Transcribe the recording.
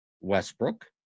Westbrook